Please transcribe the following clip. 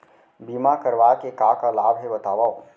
बीमा करवाय के का का लाभ हे बतावव?